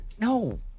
No